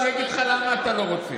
אני אגיד לך למה אתה לא רוצה.